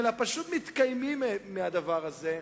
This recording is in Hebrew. אלא פשוט מתקיימים מהדבר הזה,